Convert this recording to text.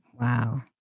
Wow